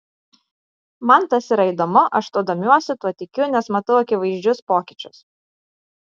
man tas yra įdomu aš tuo domiuosi tuo tikiu nes matau akivaizdžius pokyčius